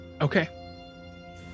okay